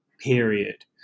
period